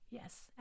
Yes